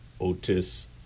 Otis